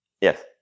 Yes